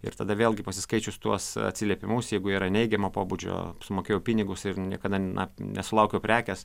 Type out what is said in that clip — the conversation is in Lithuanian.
ir tada vėlgi pasiskaičius tuos atsiliepimus jeigu jie yra neigiamo pobūdžio sumokėjau pinigus ir niekada na nesulaukiau prekės